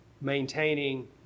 maintaining